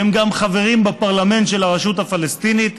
שהם גם חברים בפרלמנט של הרשות הפלסטינית,